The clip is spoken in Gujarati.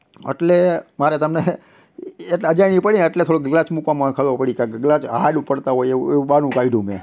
એટલે મારે તમને એટલે અજાણી પડી ને એટલે થોડોક ક્લચ મૂકવામાં ખબર પડી કારણ કે ક્લચ હાર્ડ પડતા હોય એવું એવું બહાનું કાઢ્યું મેં